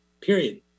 period